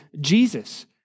Jesus